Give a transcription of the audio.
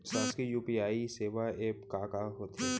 शासकीय यू.पी.आई सेवा एप का का होथे?